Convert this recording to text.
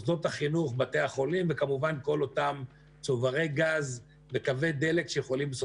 מכיוון שגם הבנו וגם הבנו שזה מתקדם.